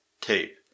tape